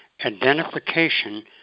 identification